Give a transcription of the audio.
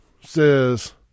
says